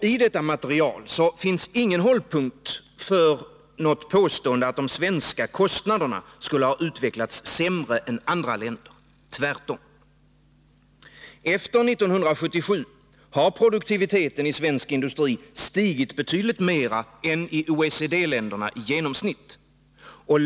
I detta material finns ingen hållpunkt för ett påstående att de svenska kostnaderna skulle ha utvecklats sämre än andra länders, tvärtom. Efter 1977 har produktiviteten i svensk industri stigit betydligt mer än i OECD-länderna i genomsnitt.